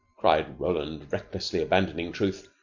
cried roland, recklessly abandoning truth.